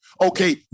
Okay